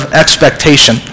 expectation